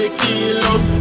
kilos